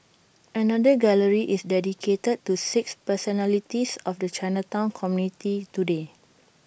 another gallery is dedicated to six personalities of the Chinatown community today